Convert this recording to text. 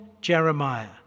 Jeremiah